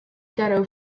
ghetto